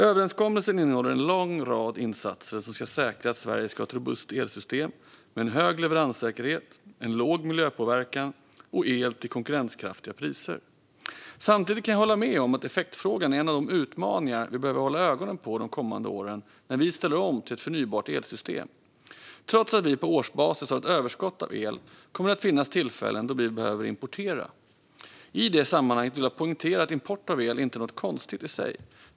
Överenskommelsen innehåller en lång rad insatser som ska säkra att Sverige ska ha ett robust elsystem med en hög leveranssäkerhet, en låg miljöpåverkan och el till konkurrenskraftiga priser. Samtidigt kan jag hålla med om att effektfrågan är en av de utmaningar vi behöver hålla ögonen på de kommande åren när vi ställer om till ett förnybart elsystem. Trots att vi på årsbasis har ett överskott av el kommer det att finnas tillfällen då vi behöver importera. I det sammanhanget vill jag poängtera att import av el inte är något konstigt i sig.